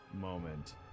moment